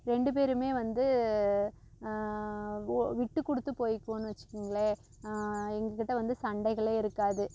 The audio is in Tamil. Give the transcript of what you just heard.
ரெண்டு பேருமே வந்து ஒ விட்டுக்கொடுத்து போயிக்குவோம்னு வச்சுக்கங்களேன் எங்கள் கிட்டே வந்து சண்டைகளே இருக்காது